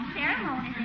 ceremony